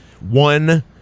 one